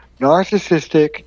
Narcissistic